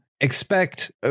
expect